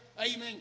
amen